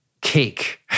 cake